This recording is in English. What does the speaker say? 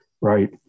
right